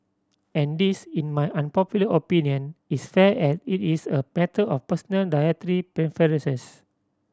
and this in my unpopular opinion is fair as it is a matter of personal dietary preferences